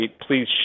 Please